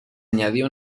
añadió